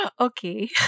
Okay